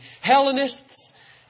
Hellenists